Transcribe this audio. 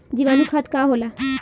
जीवाणु खाद का होला?